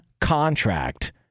contract